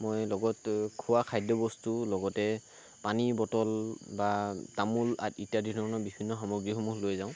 মই লগত খোৱা খাদ্যবস্তু লগতে পানী বটল বা তামোল আদি ইত্যাদি ধৰণৰ বিভিন্ন সামগ্ৰীসমূহ লৈ যাওঁ